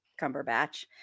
Cumberbatch